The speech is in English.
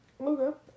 Okay